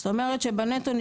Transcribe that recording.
זאת אומרת שבנטו,